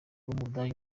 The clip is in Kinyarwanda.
w’umudage